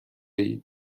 اید